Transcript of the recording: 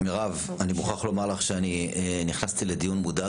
מירב, אני מוכרח לומר לך שאני נכנסתי לדיון מודאג.